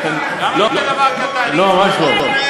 לא, ממש לא.